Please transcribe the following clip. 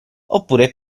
oppure